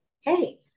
hey